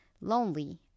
lonely